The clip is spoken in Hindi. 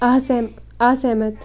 अह सेहम असहमत